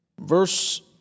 verse